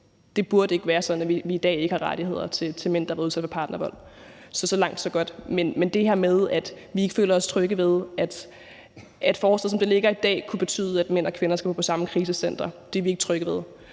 Det burde ikke være sådan, at vi i dag ikke har rettigheder til mænd, der bliver udsat for partnervold. Så så langt, så godt. Men det her med, at forslaget, som det ligger i dag, kunne betyde, at mænd og kvinder skal gå på samme krisecentre, er vi ikke trygge ved.